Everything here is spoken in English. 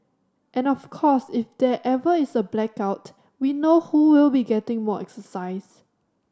and of course if there ever is a blackout we know who will be getting more exercise